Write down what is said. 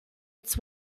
its